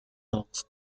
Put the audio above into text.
talks